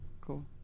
Cool